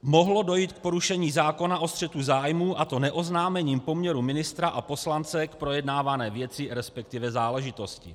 Mohlo dojít k porušení zákona o střetu zájmů, a to neoznámením poměru ministra a poslance k projednávané věci, resp. záležitosti.